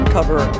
Cover